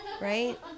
Right